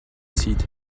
zieht